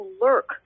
lurk